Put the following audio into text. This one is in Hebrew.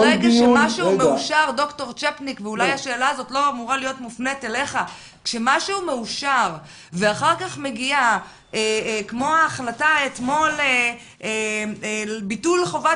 כשמשהו מאושר ואחר כך מגיעה החלטה כמו אתמול על ביטול חובת